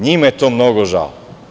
Njima je to mnogo žao.